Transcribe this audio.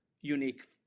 unique